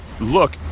look